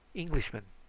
englishman!